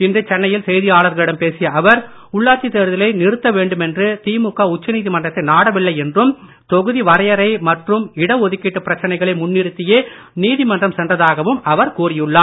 இன்று சென்னையில் செய்தியாளர்களிடம் பேசிய அவர் உள்ளாட்சித் தேர்தலை நிறுத்த வேண்டுமென்று திமுக உச்ச நீதிமன்றத்தை நாடவில்லை என்றும் வரையறை மற்றும் இட தொகுதி ஒதுக்கீட்டு பிரச்சனைகளை முன்னிறுத்தியே நீதிமன்றம் சென்றதாகவும் அவர் கூறியுள்ளார்